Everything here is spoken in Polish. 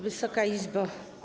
Wysoka Izbo!